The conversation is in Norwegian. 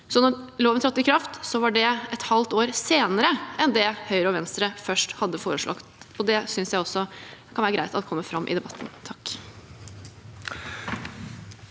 da loven trådte i kraft, var det et halvt år senere enn det Høyre og Venstre først hadde foreslått. Det synes jeg også kan være greit at kommer fram i debatten.